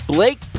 Blake